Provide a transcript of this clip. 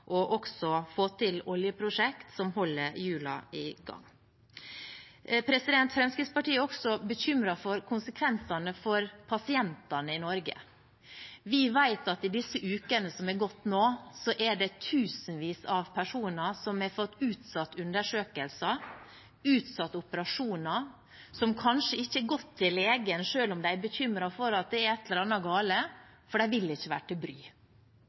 også å få til oljeprosjekt som holder hjulene i gang. Fremskrittspartiet er også bekymret for konsekvensene for pasientene i Norge. Vi vet at i disse ukene som er gått nå, er det tusenvis av personer som har fått utsatt undersøkelser, utsatt operasjoner, som kanskje ikke har gått til legen selv om de er bekymret for at det er et eller annet galt, for de vil ikke være til bry.